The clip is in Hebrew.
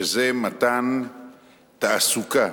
וזה מתן תעסוקה